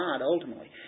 ultimately